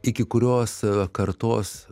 iki kurios kartos